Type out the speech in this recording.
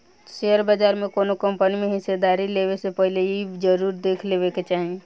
share बाजार में कौनो कंपनी में हिस्सेदारी लेबे से पहिले इ जरुर देख लेबे के चाही